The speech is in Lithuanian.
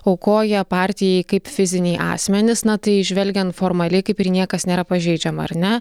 aukoja partijai kaip fiziniai asmenys na tai žvelgiant formaliai kaip ir niekas nėra pažeidžiama ar ne